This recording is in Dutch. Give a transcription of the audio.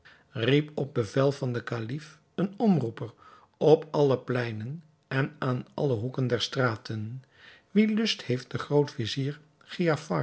riep op bevel van den kalif een omroeper op alle pleinen en aan alle hoeken der straten wie lust heeft den